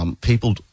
people